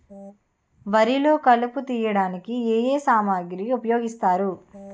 వరిలో కలుపు తియ్యడానికి ఏ ఏ సామాగ్రి ఉపయోగిస్తారు?